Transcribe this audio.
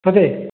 କେତେ